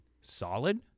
solid